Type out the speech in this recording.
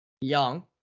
Young